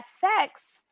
sex